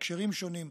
בהקשרים שונים,